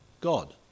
God